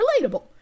relatable